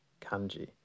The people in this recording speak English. kanji